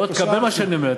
לא, תקבל מה שאני אומר.